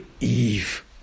eve